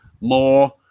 more